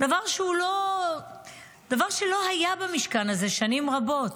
דבר שלא היה במשכן הזה שנים רבות.